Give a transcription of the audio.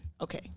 okay